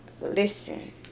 listen